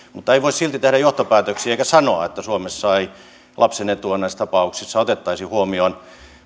mutta ei voi silti tehdä johtopäätöksiä eikä sanoa että suomessa ei lapsen etua näissä tapauksissa otettaisi huomioon